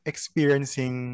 Experiencing